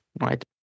right